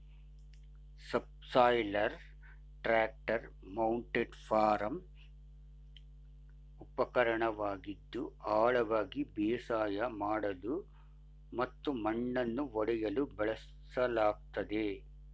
subsoiler tractor mounted farm ಉಪಕರಣವಾಗಿದ್ದು ಆಳವಾಗಿ ಬೇಸಾಯ ಮಾಡಲು ಮತ್ತು ಮಣ್ಣನ್ನು ಒಡೆಯಲು ಬಳಸಲಾಗ್ತದೆ